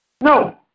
No